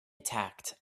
attacked